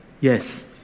yes